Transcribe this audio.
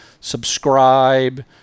Subscribe